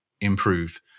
improve